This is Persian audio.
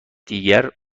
دیگر